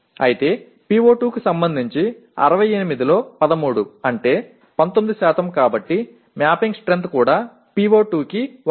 అయితే PO2 కి సంబంధించి 68 లో 13 అంటే 19 కాబట్టి మ్యాపింగ్ స్ట్రెంగ్త్ కూడా PO2 కి 1